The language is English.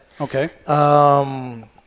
Okay